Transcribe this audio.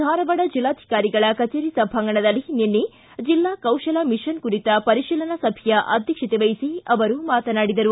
ಧಾರವಾಡ ಜಿಲ್ಲಾಧಿಕಾರಿಗಳ ಕಭೇರಿ ಸಭಾಂಗಣದಲ್ಲಿ ನಿನ್ನೆ ಜಿಲ್ಲಾ ಕೌಶಲ ಮಿಷನ್ ಕುರಿತ ಪರಿಶೀಲನಾ ಸಭೆಯ ಅಧ್ಯಕ್ಷತೆ ವಹಿಸಿ ಅವರು ಮಾತನಾಡಿದರು